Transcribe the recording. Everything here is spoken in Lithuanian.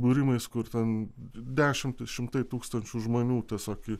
būrimais kur ten dešimtys šimtai tūkstančių žmonių tiesiog į